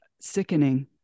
sickening